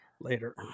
later